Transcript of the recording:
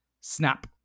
Snap